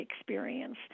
experience